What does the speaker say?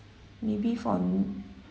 maybe for